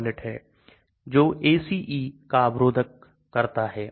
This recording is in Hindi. इसलिए हमने कई संरचनात्मक गुणों को देखा Lipophilicity जो घुलनशीलता को प्रभावित करती है